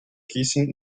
kissing